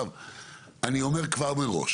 אני כבר אומר מראש